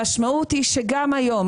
המשמעות היא שגם היום,